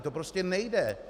To prostě nejde.